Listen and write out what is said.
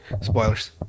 Spoilers